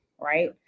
Right